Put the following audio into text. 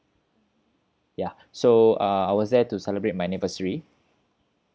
ya so uh I was there to celebrate my anniversary